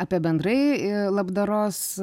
apie bendrai labdaros